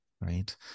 right